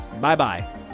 Bye-bye